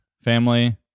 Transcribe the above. family